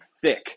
thick